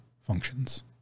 functions